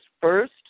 first